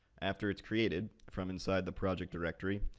after it's created, from inside the project directory,